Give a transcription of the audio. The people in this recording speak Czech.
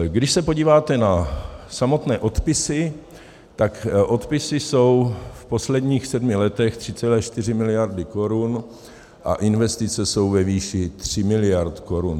Když se podíváte na samotné odpisy, tak odpisy jsou v posledních sedmi letech 3,4 miliardy korun a investice jsou ve výši 3 miliardy korun.